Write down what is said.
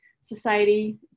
Society